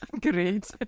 great